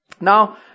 Now